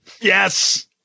Yes